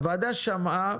הוועדה שמעה